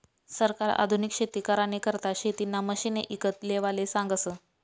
सरकार आधुनिक शेती करानी करता शेतीना मशिने ईकत लेवाले सांगस